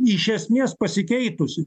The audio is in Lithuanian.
iš esmės pasikeitusi